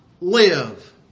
live